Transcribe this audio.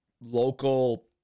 local